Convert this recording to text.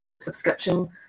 subscription